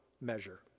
measure